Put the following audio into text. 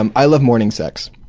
um i love morning sex.